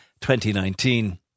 2019